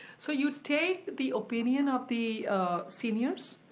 so you take the opinion of the seniors.